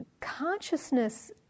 Consciousness